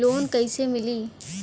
Loan कईसे मिली?